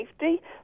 safety